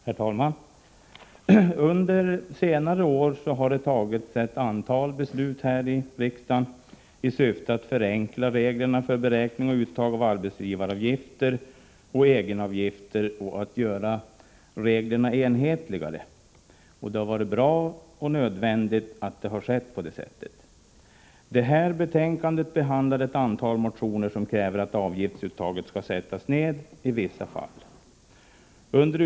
Herr talman! Under senare år har det fattats ett antal beslut här i riksdagen isyfte att förenkla reglerna för beräkning och uttag av arbetsgivaravgifter och egenavgifter samt för att göra reglerna enhetligare. Det har varit bra och nödvändigt att detta har skett. I detta betänkande behandlas ett antal motioner med krav på att avgiftsuttaget i vissa fall skall minskas.